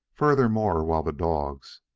furthermore, while the dogs,